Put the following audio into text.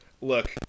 Look